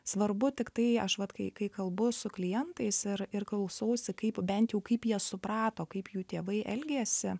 svarbu tik tai aš vat kai kai kalbu su klientais ir ir klausausi kaip bent jau kaip jie suprato kaip jų tėvai elgėsi